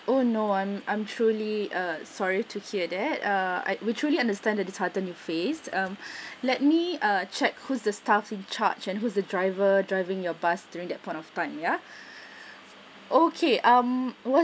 oh no I'm I'm truly uh sorry to hear that uh I we truly understand the disheartened you faced um let me uh check who's the staff in charge and who's the driver driving your bus during that point of time ya okay um